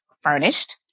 furnished